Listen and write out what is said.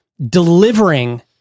delivering